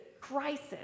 crisis